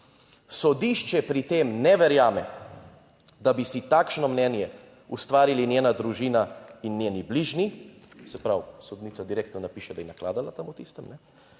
"Sodišče pri tem ne verjame, da bi si takšno mnenje ustvarili njena družina in njeni bližnji…" Se pravi, sodnica direktno napiše, da je nakladala tam v tistem,